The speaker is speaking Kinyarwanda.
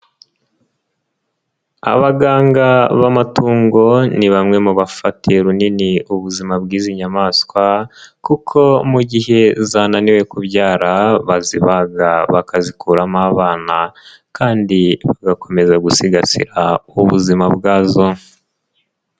Abaganga b'amatungo ni bamwe mu bafatiye runini ubuzima bw'izi nyamaswa, kuko mu gihe zananiwe kubyara bazibaga bakazikuramo abana kandi bagakomeza gusigasira ubuzima bwazo.